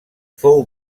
fou